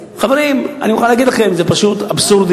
חברים, אני מוכרח להגיד לכם, זה פשוט אבסורד.